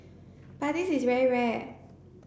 but this is very rare